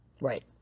Right